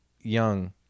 young